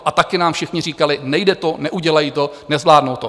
A taky nám všichni říkali, nejde to, neudělají to, nezvládnou to.